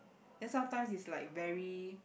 then sometimes is like very